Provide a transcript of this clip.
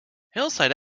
hillside